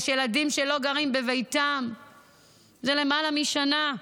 יש ילדים שלא גרים בביתם זה למעלה משנה,